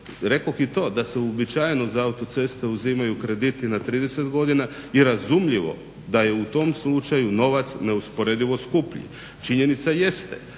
Rekoh i to da se uobičajeno za autoceste uzimaju krediti na 30 godina i razumljivo da je u tom slučaju novac neusporedivo skuplji. Činjenica jeste